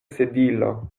sedilo